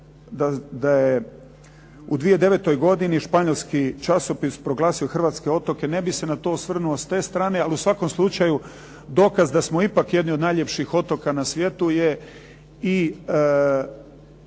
da je u 2009. godini španjolski časopis proglasio hrvatske otoke ne bih se na to osvrnuo s te strane ali u svakom slučaju dokaz da smo ipak jedni od najljepših otoka na svijetu je i